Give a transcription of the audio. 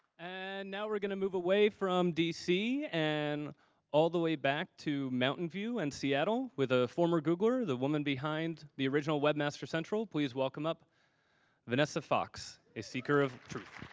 and now we're going to move away from dc. and all the way back to mountain dew, and seattle with the former googler, the woman behind the original web master central. please welcome up vanessa fox, a seeker of truth.